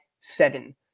seven